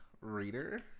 reader